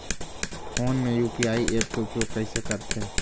Phone मे UPI app के उपयोग कइसे करथे?